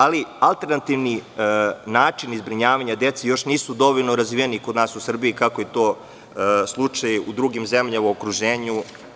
Ali, alternativni načini zbrinjavanja dece još nisu dovoljno razvijeni kod nas u Srbiji, kakav je slučaj u drugim zemljama u okruženju.